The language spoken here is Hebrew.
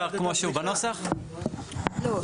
זה פשוט אומר כמו שבמקרה של